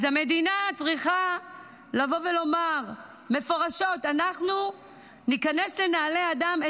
אז המדינה צריכה לבוא ולומר מפורשות: אנחנו ניכנס לנעלי אדם,